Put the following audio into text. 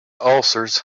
ulcers